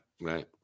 Right